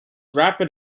rapid